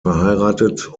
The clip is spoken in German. verheiratet